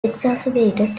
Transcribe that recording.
exacerbated